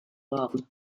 waren